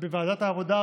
בוועדת העבודה,